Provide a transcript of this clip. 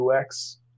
UX